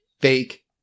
fake